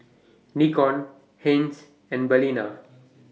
Nikon Heinz and Balina